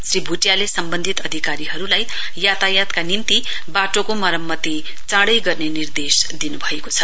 श्री भुटियाले सम्वन्धित अधिकारीहरुलाई यातायातका निम्ति यो वाटोको मरम्मति चाँडै गर्नु निर्देश दिनुभएको छ